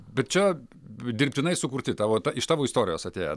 bet čia dirbtinai sukurti tavo iš tavo istorijos atėję